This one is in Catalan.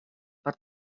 per